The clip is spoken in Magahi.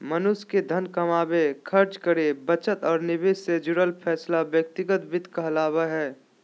मनुष्य के धन कमावे, खर्च करे, बचत और निवेश से जुड़ल फैसला व्यक्तिगत वित्त कहला हय